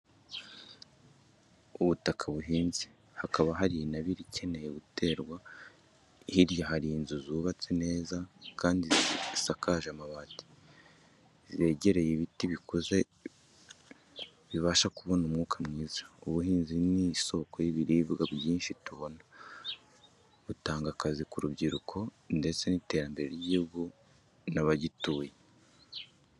Ubutaka buhinze, hakaba hari intabire ikeneye guterwa. Hirya hari inzu zubatse neza kandi zisakaje amabati, zegereye ibiti bikuze bibafasha kubona umwuka mwiza. Ubuhinzi ni isoko y'ibiribwa byinshi tubona, butanga akazi ku rubyiruko, ndetse n'iterambere ry'igihugu n'abagituye.